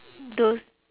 the